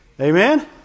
Amen